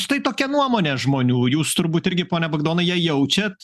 štai tokia nuomonė žmonių jūs turbūt irgi pone bogdanai ją jaučiat